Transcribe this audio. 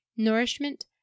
NOURISHMENT